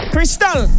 Crystal